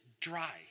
dry